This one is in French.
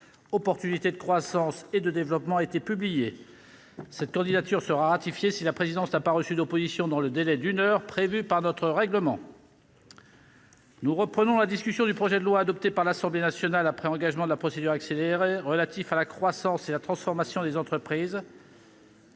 opportunité de croissance et de développement » a été publiée. Cette candidature sera ratifiée si la présidence n'a pas reçu d'opposition dans le délai d'une heure prévu par notre règlement. Nous reprenons la discussion du projet de loi, adopté par l'Assemblée nationale après engagement de la procédure accélérée, relatif à la croissance et la transformation des entreprises.